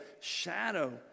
shadow